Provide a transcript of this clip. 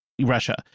Russia